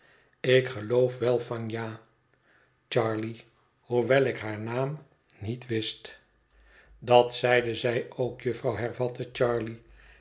ik geloof wel van ja charley hoewel ik haar naam niet wist dat zeide zij ook jufvrouw hervatte charley